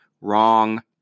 Wrong